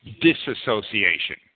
disassociation